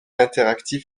interactive